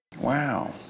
Wow